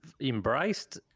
embraced